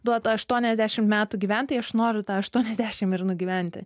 duota aštuoniasdešimt metų gyvent tai aš noriu tą aštuoniasdešim ir nugyventi